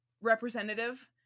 representative